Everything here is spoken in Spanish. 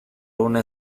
una